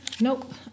nope